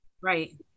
Right